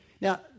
Now